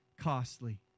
Costly